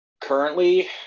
currently